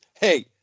Hey